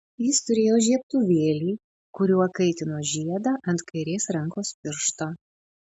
jis turėjo žiebtuvėlį kuriuo kaitino žiedą ant kairės rankos piršto